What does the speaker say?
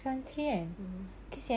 mmhmm